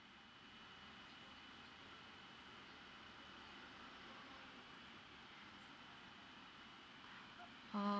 oh